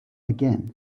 again